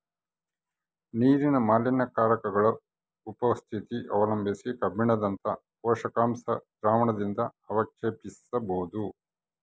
ನೀರಿನ ಮಾಲಿನ್ಯಕಾರಕಗುಳ ಉಪಸ್ಥಿತಿ ಅವಲಂಬಿಸಿ ಕಬ್ಬಿಣದಂತ ಪೋಷಕಾಂಶ ದ್ರಾವಣದಿಂದಅವಕ್ಷೇಪಿಸಬೋದು